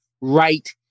right